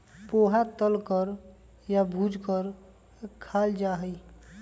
पोहा तल कर या भूज कर खाल जा हई